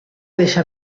deixa